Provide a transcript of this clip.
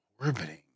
Orbiting